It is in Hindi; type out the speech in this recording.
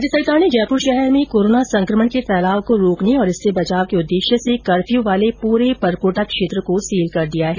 राज्य सरकार ने जयपुर शहर में कोरोना संक्रमण के फैलाव को रोकने और इससे बचाव के उददेश्य से कफ़र्यू वाले पूरे परकोटा क्षेत्र को सील कर दिया है